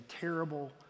terrible